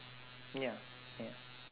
ya ya